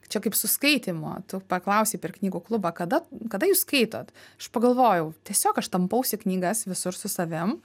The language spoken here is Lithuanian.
čia kaip su skaitymu tu paklausei per knygų klubą kada kada jūs skaitot aš pagalvojau tiesiog aš tampausi knygas visur su savim